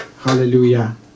Hallelujah